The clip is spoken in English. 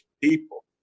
people